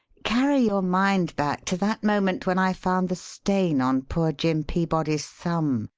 carry your mind back to that moment when i found the stain on poor jim peabody's thumb,